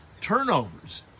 Turnovers